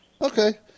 Okay